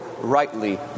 ...rightly